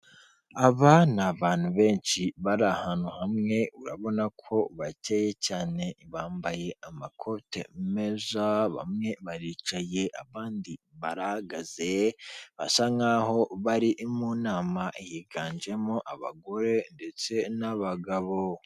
Aba ni abantu benshi bari ahantu hamwe urabona ko bakeye cyane, bambaye amakote meza bamwe baricaye, abandi barahagaze, basa nk'aho bari mu nama, higanjemo abagore ndetse n'abagabo.